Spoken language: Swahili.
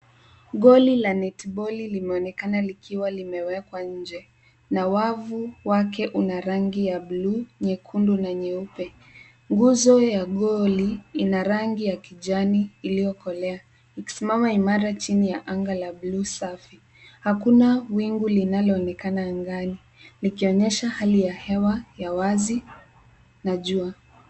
Goli la netiboli limeonekana likiwa limewekwa nje na wavu wake una rangi ya bluu, nyekundu na nyeupe. Nguzo ya goli ina rangi ya kijani iliyokolea ikisimama imara chini ya anga la bluu safi. Hakuna wingu linaloonekana angani likionyesha hali ya hewa ya wazi na jua.